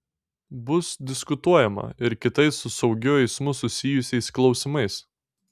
bus diskutuojama ir kitais su saugiu eismu susijusiais klausimais